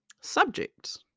subject